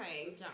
okay